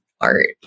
art